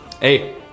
hey